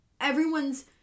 everyone's